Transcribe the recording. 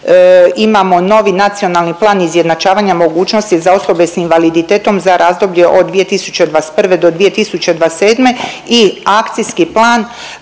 imamo novi Nacionalni plan izjednačavanja mogućnosti za osobe s invaliditetom za razdoblje od 2021.-2027. i Akcijski plan